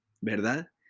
¿verdad